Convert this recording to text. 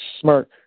smirk